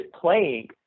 playing